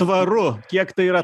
tvaru kiek tai yra